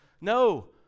No